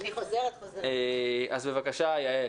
בבקשה, יעל.